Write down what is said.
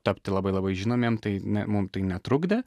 tapti labai labai žinomiem tai ne mum tai netrukdė